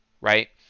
right